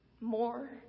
More